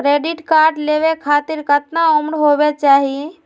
Credit card लेवे खातीर कतना उम्र होवे चाही?